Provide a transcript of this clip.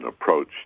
approach